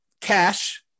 Cash